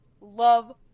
love